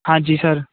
ਹਾਂਜੀ ਸਰ